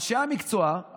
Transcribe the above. אנשי המקצוע,